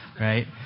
right